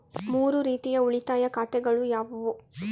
ಮೂರು ರೀತಿಯ ಉಳಿತಾಯ ಖಾತೆಗಳು ಯಾವುವು?